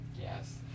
Yes